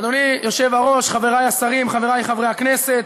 אדוני היושב-ראש, חבריי השרים, חבריי חברי הכנסת,